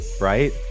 right